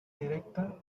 directa